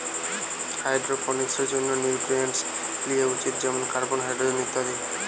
হাইড্রোপনিক্সের জন্যে নিউট্রিয়েন্টস লিয়া উচিত যেমন কার্বন, হাইড্রোজেন ইত্যাদি